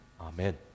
Amen